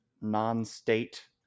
non-state